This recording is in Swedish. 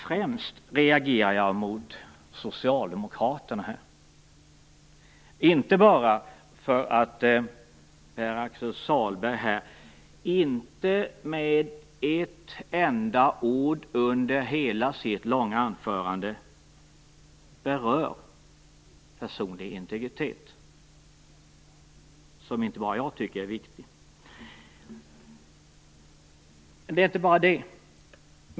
Främst reagerar jag mot Socialdemokraterna. Det gör jag inte bara för att Pär-Axel Sahlberg här inte med ett enda ord under hela sitt långa anförande berörde personlig integritet - något som inte bara jag tycker är viktigt. Det är inte bara det.